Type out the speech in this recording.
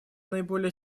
наиболее